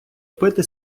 пити